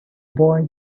boy